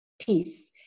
peace